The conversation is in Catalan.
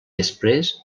després